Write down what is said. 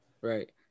Right